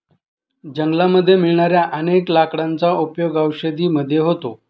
जंगलामध्ये मिळणाऱ्या अनेक लाकडांचा उपयोग औषधी मध्ये होतो